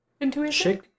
Intuition